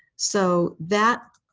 so that